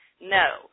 no